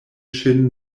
ŝin